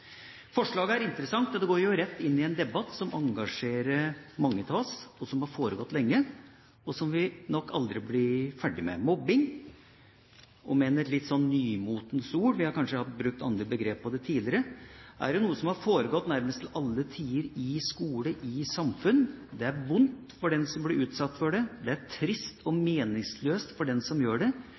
Forslaget er interessant, og det går rett inn i en debatt som engasjerer mange av oss, som har foregått lenge, og som vi nok aldri blir ferdig med. Mobbing – om enn et litt nymotens ord, vi har kanskje brukt andre begrep tidligere – er noe som har foregått nærmest til alle tider i skolen og i samfunnet. Det er vondt for den som blir utsatt for det. Det er trist og meningsløst for den som gjør det,